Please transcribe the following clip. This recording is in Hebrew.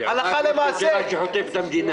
הלכה למעשה.